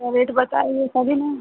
तो रेट बताइए तभी ना